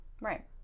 Right